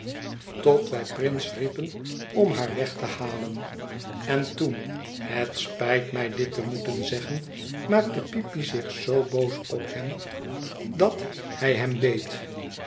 tot wij prince riepen om haar weg te halen en toen het spijt mij dit te moeten zeggen maakte peepy zich zoo boos op hem dat hij hem beet